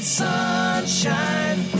sunshine